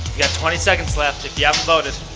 got twenty seconds left if you haven't voted.